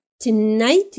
Tonight